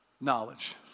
knowledge